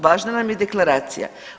Važna nam je deklaracija.